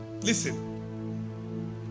listen